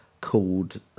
called